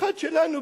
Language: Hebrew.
אחד שלנו,